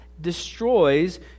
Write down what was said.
destroys